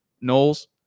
Knowles